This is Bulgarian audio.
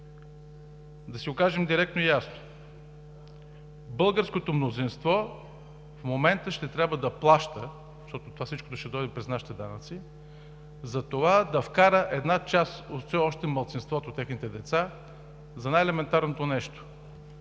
Да си го кажем директно и ясно: българското мнозинство в момента ще трябва да плаща, защото всичкото това ще дойде и през нашите данъци, за това да вкара една част от все още малцинството, техните деца, за най-елементарното нещо